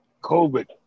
COVID